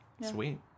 Sweet